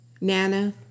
Nana